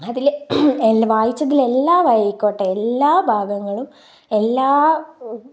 അതിൽ വായിച്ചതിൽ എല്ലാം ആയിക്കോട്ടെ എല്ലാ ഭാഗങ്ങളും എല്ലാ